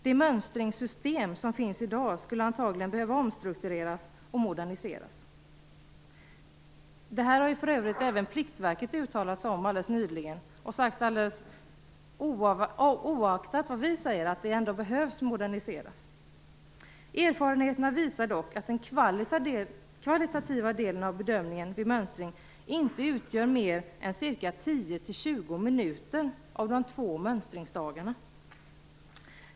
Det mönstringssystem som finns i dag skulle antagligen behöva omstruktureras och moderniseras. Detta har för övrigt även Pliktverket uttalat sig om alldeles nyligen och alldeles oaktat det vi säger hävdat att det behöver moderniseras. Erfarenheterna visar dock att den kvalitativa delen av bedömningen vid mönstring inte utgör mer än ca 10-20 minuter av de två mönstringsdagarna.